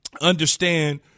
understand